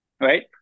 right